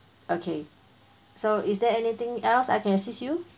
okay so is there anything else I can assist you